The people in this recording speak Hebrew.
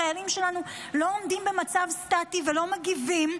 החיילים שלנו לא עומדים במצב סטטי ולא מגיבים.